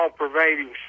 all-pervading